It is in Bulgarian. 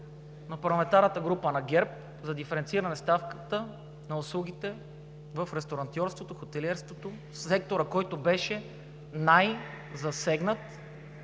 на парламентарната група на ГЕРБ за диференциране на ставката на услугите в ресторантьорството, хотелиерството – секторът, който беше най-засегнат